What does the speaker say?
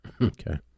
Okay